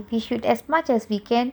we should as much as we can